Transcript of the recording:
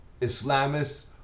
Islamists